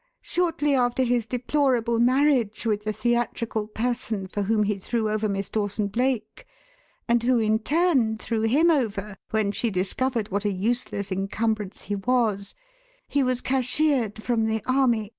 shortly after his deplorable marriage with the theatrical person for whom he threw over miss dawson-blake and who in turn threw him over when she discovered what a useless encumbrance he was he was cashiered from the army,